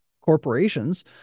corporations